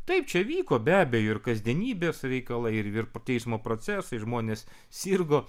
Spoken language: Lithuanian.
taip čia vyko be abejo ir kasdienybės reikalai ir teismo procesai ir žmonės sirgo